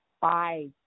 five